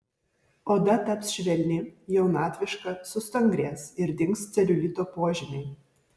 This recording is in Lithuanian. oda taps švelni jaunatviška sustangrės ir dings celiulito požymiai